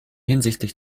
hinsichtlich